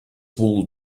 wool